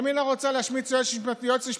ימינה רוצה להשמיץ יועץ משפטי.